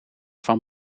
van